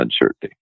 uncertainty